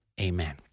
Amen